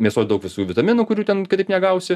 mėsoj daug visų vitaminų kurių ten kitaip negausi